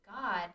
God